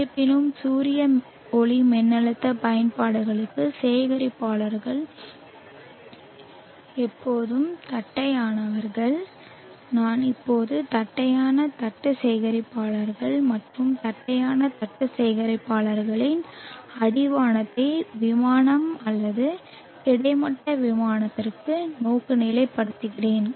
இருப்பினும் சூரிய ஒளிமின்னழுத்த பயன்பாடுகளுக்கு சேகரிப்பாளர்கள் எப்போதும் தட்டையானவர்கள் நான் எப்போதும் தட்டையான தட்டு சேகரிப்பாளர்கள் மற்றும் தட்டையான தட்டு சேகரிப்பாளர்களின் அடிவானத்தை விமானம் அல்லது கிடைமட்ட விமானத்திற்கு நோக்குநிலைப்படுத்துகிறேன்